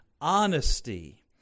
Honesty